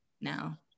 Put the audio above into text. now